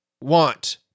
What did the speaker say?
want